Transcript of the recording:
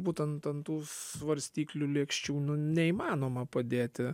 būtent ant svarstyklių lėkščių neįmanoma padėti